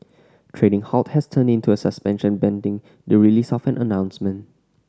trading halt has turned into a suspension pending the release of an announcement